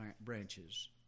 branches